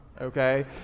okay